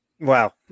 Wow